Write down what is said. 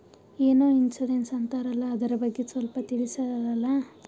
ಏನೋ ಇನ್ಸೂರೆನ್ಸ್ ಅಂತಾರಲ್ಲ, ಅದರ ಬಗ್ಗೆ ಸ್ವಲ್ಪ ತಿಳಿಸರಲಾ?